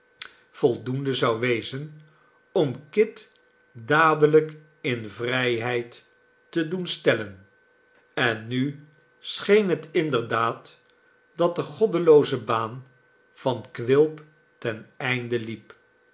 voldoende zou wezen om kit dadelijk in vrijheid te doen stellen en nu scheen het inderdaad dat de goddelooze baan van quilp ten einde liep